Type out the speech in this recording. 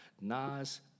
Nas